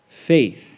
faith